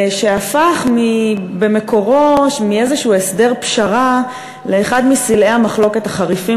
שהפך במקורו מאיזשהו הסדר פשרה לאחד מסלעי המחלוקת החריפים